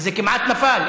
וזה כמעט נפל.